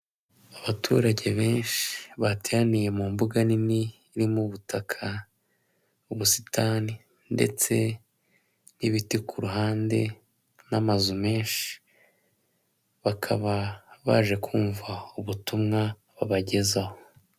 Abaturage benshi bateraniye mu mbuga nini iri mu butaka, mu busitani ndetse n'ibiti ku ruhande n'amazu menshi bakaba baje kumva ubutumwa babagezaho.